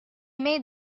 made